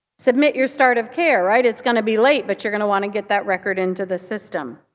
submit your start of care, right. it's going to be late. but you're going to want to get that record into the system.